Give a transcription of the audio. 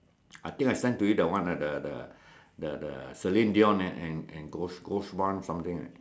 I think I send to you the one the the the Celine-Dion and and and ghost one something right